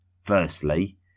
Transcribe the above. Firstly